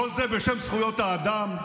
כל זה בשם זכויות האדם.